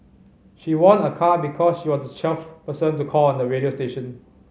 she won a car because she was the twelfth person to call on the radio station